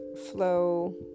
flow